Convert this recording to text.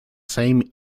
same